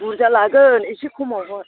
बुरजा लागोन एसे खमाव हर